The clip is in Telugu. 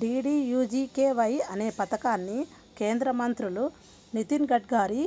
డీడీయూజీకేవై అనే పథకాన్ని కేంద్ర మంత్రులు నితిన్ గడ్కరీ,